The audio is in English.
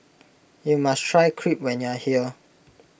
you must try Crepe when you are here